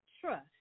trust